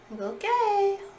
Okay